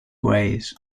ways